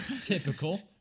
Typical